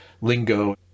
lingo